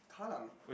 Kallang